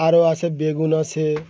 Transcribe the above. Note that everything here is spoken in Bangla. আরও আছে বেগুন আছে